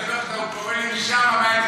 אז הוא קורא לי משם.